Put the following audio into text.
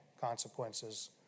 consequences